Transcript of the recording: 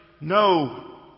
No